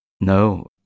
No